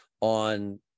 on